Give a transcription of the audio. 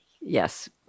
yes